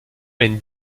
mène